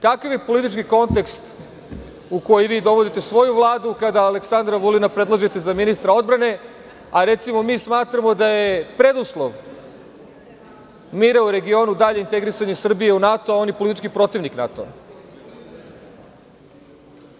Kakav je politički kontekst u koji vi dovodite svoju Vladu kada Aleksandra Vulina predložite za ministra odbrane, a recimo, mi smatramo da je preduslov mira u regionu dalje integrisanje Srbije u NATO, a on je politički protivnik NATO-a?